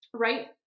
Right